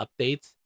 updates